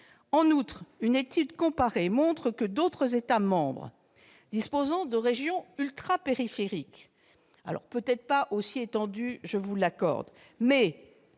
En outre, une étude comparée montre que d'autres États membres disposant de régions ultrapériphériques, certes peut-être pas aussi étendues, comme le